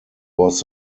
was